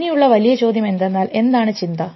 ഇനിയുള്ള വലിയ ചോദ്യം എന്തെന്നാൽ എന്താണ് ചിന്ത